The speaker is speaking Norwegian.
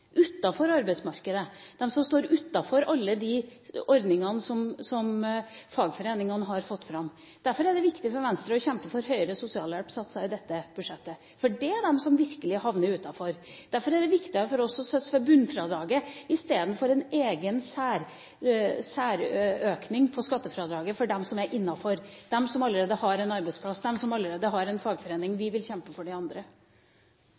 utenfor arbeidsmarkedet, de som står utenfor alle de ordningene som fagforeningene har fått fram. Derfor er det viktig for Venstre å kjempe for høyere sosialhjelpssatser i dette budsjettet, for det gjelder dem som virkelig havner utenfor. Derfor er det viktigere for oss å satse på bunnfradraget istedenfor en egen særøkning av skattefradraget for dem som er innenfor, de som allerede har en arbeidsplass, de som allerede har en fagforening. Vi vil kjempe for de andre.